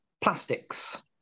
plastics